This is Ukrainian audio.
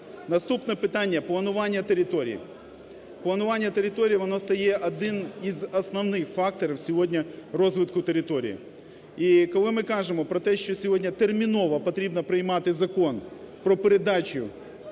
Наступне питання – планування територій. Планування територій, воно стає однин із основних факторів сьогодні розвитку територій. І коли ми кажемо про те, що сьогодні терміново потрібно приймати Закон про передачу